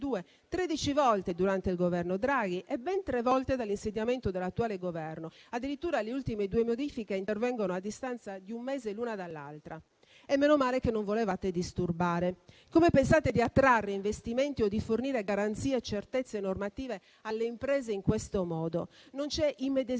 volte durante il Governo Draghi e ben tre volte dall'insediamento dell'attuale Governo. Addirittura le ultime due modifiche intervengono a distanza di un mese l'una dall'altra. E meno male che non volevate disturbare. Come pensate di attrarre investimenti o di fornire garanzie e certezze normative alle imprese in questo modo? Non c'è immedesimazione,